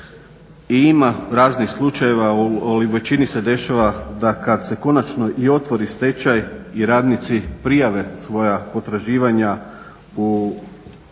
i ima raznih slučajeva ali u većini se dešava da kad se konačno i otvori stečaj i radnici prijave svoja potraživanja na